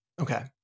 Okay